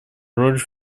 роль